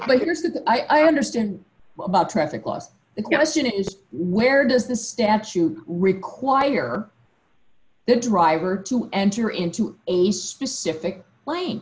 the i understand about traffic laws the question is where does the statute require the driver to enter into a specific lane